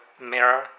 mirror